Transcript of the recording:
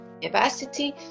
University